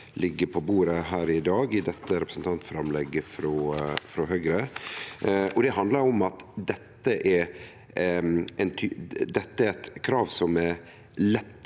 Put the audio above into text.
ligg på bordet her i dag i dette representantframlegget frå Høgre, og det handlar om at det er eit krav som er lett